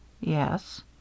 Yes